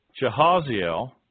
Jehaziel